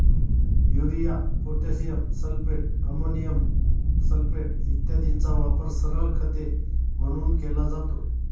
urea, potassium sulphate, ammonium sulphate इत्यादींचा वापर सरळ खते म्हणून केला जातो